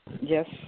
Yes